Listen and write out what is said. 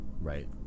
right